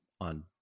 on